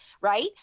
right